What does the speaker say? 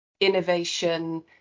innovation